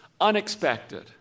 unexpected